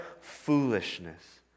foolishness